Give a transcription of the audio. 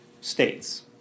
states